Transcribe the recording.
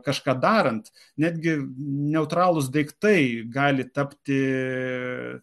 kažką darant netgi neutralūs daiktai gali tapti